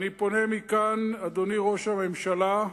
אני פונה מכאן, אדוני ראש הממשלה: